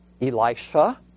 Elisha